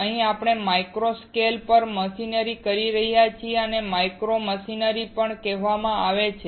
અહીં આપણે micro scale પર મશીનિંગ કરી રહ્યા છીએ તેથી તેને માઇક્રો મશીનિંગ પણ કહેવામાં આવે છે